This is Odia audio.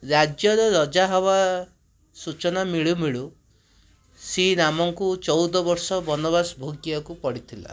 ରାଜ୍ୟର ରାଜା ହେବା ସୂଚନା ମିଳୁ ମିଳୁ ଶ୍ରୀରାମଙ୍କୁ ଚଉଦବର୍ଷ ବନବାସ ଭୋଗିବାକୁ ପଡ଼ିଥିଲା